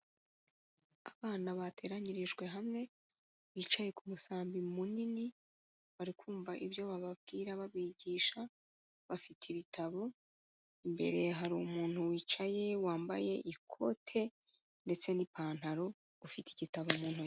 Abana bateranyirijwe hamwe, bicaye ku musambi munini, bari kumva ibyo bababwira babigisha, bafite ibitabo. Imbere hari umuntu wicaye wambaye ikote ndetse n'ipantaro, ufite igitabo mu ntoki.